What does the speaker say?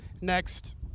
Next